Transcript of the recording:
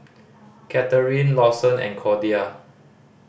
Katharine Lawson and Cordia